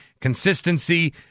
consistency